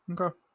Okay